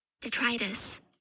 Detritus